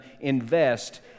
invest